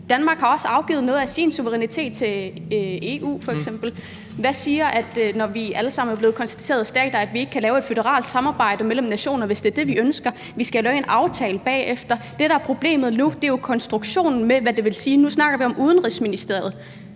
Danmark har f.eks. også afgivet noget af sin suverænitet til EU. Hvem siger, at vi, når vi alle sammen er blevet konstituerede stater, ikke kan lave et føderalt samarbejde mellem nationer, hvis det er det, vi ønsker? Vi skal jo lave en aftale bagefter. Det, der er problemet nu, er jo konstruktionen med, hvad det vil sige. Nu snakker vi om Udenrigsministeriet,